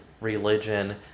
religion